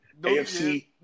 AFC